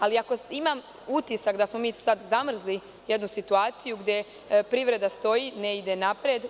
Ali, imam utisak da smo mi sad zamrznuli jednu situaciju gde privreda stoji, ne ide napred.